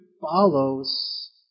follows